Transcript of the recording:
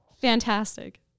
Fantastic